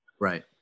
Right